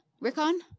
Rickon